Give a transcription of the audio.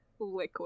liquid